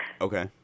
okay